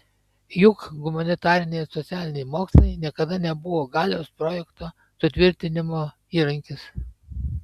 juk humanitariniai ir socialiniai mokslai niekada nebuvo galios projekto sutvirtinimo įrankis